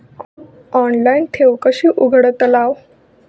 Online ठेव कशी उघडतलाव?